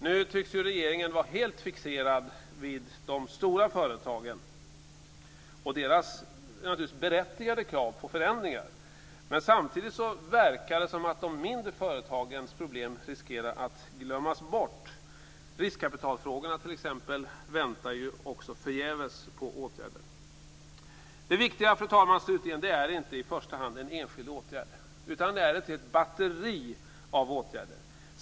Nu tycks ju regeringen vara helt fixerad vid de stora företagen och deras - naturligtvis berättigade - krav på förändringar. Samtidigt verkar det som att de mindre företagens problem riskerar att glömmas bort. Också när det gäller riskkapitalfrågorna väntar vi ju t.ex. förgäves på åtgärder. Det viktiga, fru talman, är slutligen inte i första hand en enskild åtgärd utan det är ett helt batteri av åtgärder.